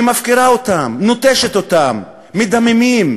היא מפקירה אותם, נוטשת אותם מדממים,